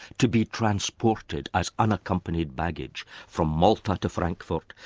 to be transported as unaccompanied baggage from malta to frankfurt,